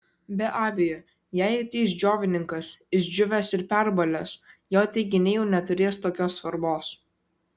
be abejo jei ateis džiovininkas išdžiūvęs ir perbalęs jo teiginiai jau neturės tokios svarbos